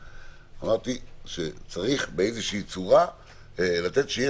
יש עוד הרבה דברים בדרך.